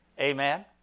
amen